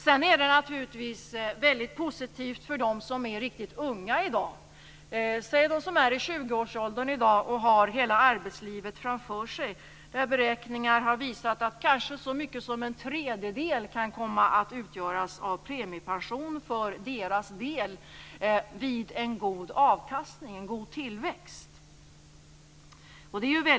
Det är naturligtvis väldigt positivt för dem som i dag är riktigt unga, t.ex. de som i dag är i 20-årsåldern och har hela arbetslivet framför sig, att enligt gjorda beräkningar kanske så mycket som en tredjedel kan komma att utgöras av premiepension för deras del vid en god tillväxt.